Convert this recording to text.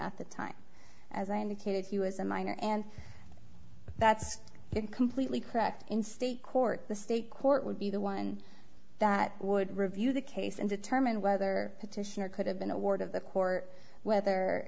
at the time as i indicated he was a minor and that's completely correct in state court the state court would be the one that would review the case and determine whether petitioner could have been a ward of the court whether